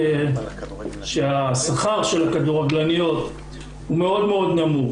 שהשכר של הכדורגלניות הוא מאוד נמוך.